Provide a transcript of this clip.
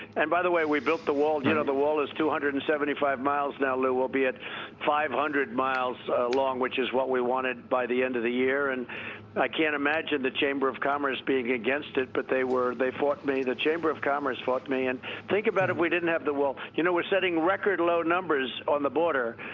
and by the way, the wall you know the wall is two hundred and seventy five miles now, lou be at five hundred miles long which is what we wanted by the end of the year. and i can't imagine the chamber of commerce being against it, but they were, they fought me. the chamber of commerce fought me. and think about if we didn't have the wall. you know, we're setting record low numbers on the but